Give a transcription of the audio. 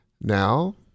now